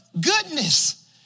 goodness